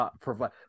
provide